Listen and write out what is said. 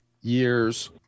years